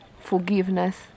forgiveness